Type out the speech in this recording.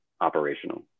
operational